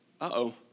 uh-oh